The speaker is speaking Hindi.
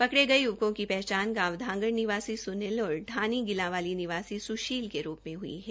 पकड़े गये युवकों की पहचान गांव धांगड़ निवासी सुनील और ढाणी गिलांवाली निवासी सुशील के रूप में हुई है